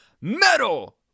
Metal